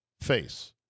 face